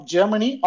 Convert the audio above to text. Germany